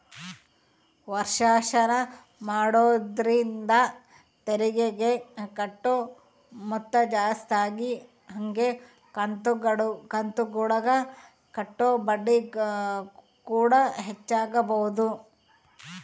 ವರ್ಷಾಶನ ಮಾಡೊದ್ರಿಂದ ತೆರಿಗೆಗೆ ಕಟ್ಟೊ ಮೊತ್ತ ಜಾಸ್ತಗಿ ಹಂಗೆ ಕಂತುಗುಳಗ ಕಟ್ಟೊ ಬಡ್ಡಿಕೂಡ ಹೆಚ್ಚಾಗಬೊದು